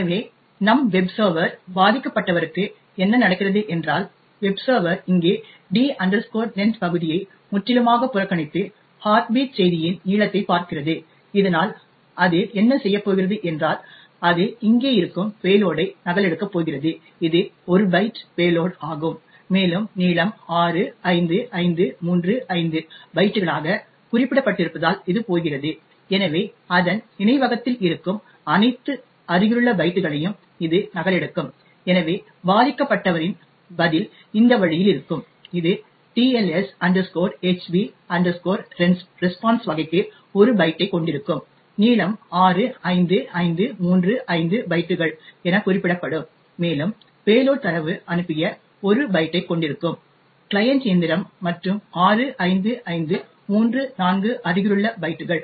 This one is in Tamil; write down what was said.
எனவே நம் வெப் சர்வர் பாதிக்கப்பட்டவருக்கு என்ன நடக்கிறது என்றால் வெப் சர்வர் இங்கே d length பகுதியை முற்றிலுமாக புறக்கணித்து ஹார்ட் பீட் செய்தியின் நீளத்தைப் பார்க்கிறது இதனால் அது என்ன செய்யப் போகிறது என்றால் அது இங்கே இருக்கும் பேலோடை நகலெடுக்கப் போகிறது இது 1 பைட் பேலோட் ஆகும் மேலும் நீளம் 65535 பைட்டுகளாக குறிப்பிடப்பட்டிருப்பதால் இது போகிறது எனவே அதன் நினைவகத்தில் இருக்கும் அனைத்து அருகிலுள்ள பைட்டுகளையும் இது நகலெடுக்கும் எனவே பாதிக்கப்பட்டவரின் பதில் இந்த வழியில் இருக்கும் இது TLS HB RESPONSE வகைக்கு 1 பைட்டைக் கொண்டிருக்கும் நீளம் 65535 பைட்டுகள் எனக் குறிப்பிடப்படும் மேலும் பேலோட் தரவு அனுப்பிய 1 பைட்டைக் கொண்டிருக்கும் கிளையன்ட் இயந்திரம் மற்றும் 65534 அருகிலுள்ள பைட்டுகள்